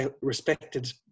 respected